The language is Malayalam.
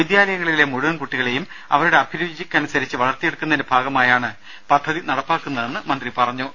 വിദ്യാലയങ്ങളിലെ മുഴുവൻ കുട്ടികളെയും അവരുടെ അഭിരുചിക്കനുസരിച്ച് വളർത്തിയെടുക്കുന്നതിന്റെ ഭാഗമായാണ് പദ്ധതി നടപ്പാക്കുന്നതെന്ന് മന്ത്രി പറഞ്ഞു